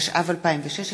התשע"ו 2016,